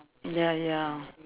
ya ya